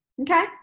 Okay